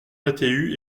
atu